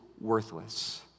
worthless